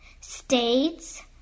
states